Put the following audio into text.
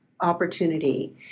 opportunity